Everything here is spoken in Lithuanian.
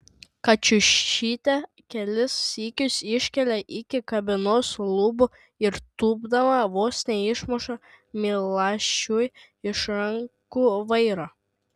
kačiušytė kelis sykius išlekia iki kabinos lubų ir tūpdama vos neišmuša milašiui iš rankų vairo